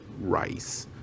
rice